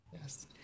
Yes